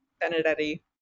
Benedetti